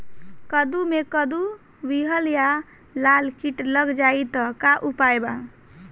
कद्दू मे कद्दू विहल या लाल कीट लग जाइ त का उपाय बा?